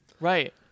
Right